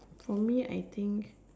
for me I think